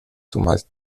zumeist